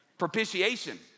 propitiation